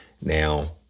Now